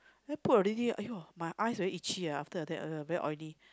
then put already !aiyo! my eyes very itchy ah after uh that very oily